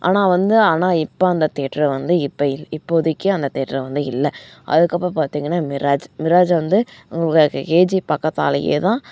ஆனால் வந்து ஆனால் இப்போ அந்த தேயேட்டரு வந்து இப்போ இப்போதைக்கி அந்த தேயேட்டரு வந்து இல்லை அதுக்கப்பறம் பார்த்திங்கன்னா மிராஜ் மிராஜ் வந்து கேஜிக்கு பக்கத்திலையே தான்